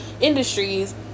industries